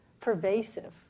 pervasive